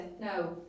no